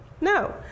no